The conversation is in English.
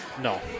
No